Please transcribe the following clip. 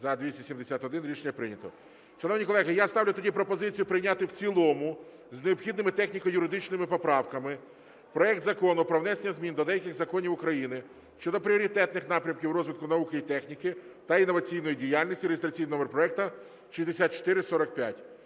За-271 Рішення прийнято. Шановні колеги, я ставлю тоді пропозицію прийняти в цілому з необхідними техніко-юридичними поправками проект Закону про внесення змін до деяких законів України щодо пріоритетних напрямків розвитку науки і техніки та інноваційної діяльності (реєстраційний номер проекту 6445).